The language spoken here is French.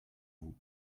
vous